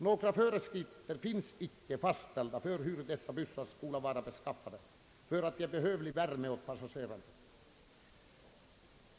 Några föreskrifter finns icke fastställda för huru dessa bussar skola vara beskaffade för att ge behövlig värme åt passagerarna.